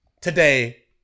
Today